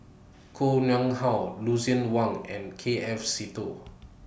Koh Nguang How Lucien Wang and K F Seetoh